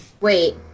Wait